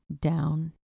down